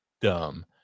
dumb